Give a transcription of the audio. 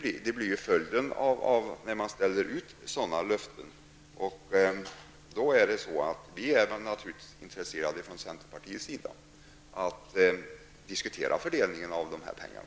Detta blir följden när man ställer ut löften av det slaget. I centern är vi naturligtvis intresserade av att diskutera fördelningen av pengarna.